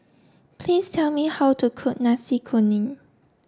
please tell me how to cook Nasi Kuning